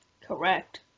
Correct